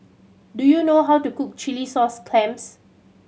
do you know how to cook chilli sauce clams